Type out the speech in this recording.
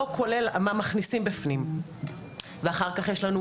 כולל על מה מכניסים בפנים ואחר כך יש לנו,